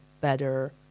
better